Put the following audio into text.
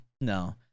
No